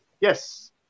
Yes